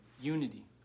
unity